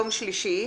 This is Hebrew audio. יום שלישי,